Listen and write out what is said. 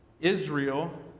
Israel